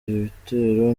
ibitero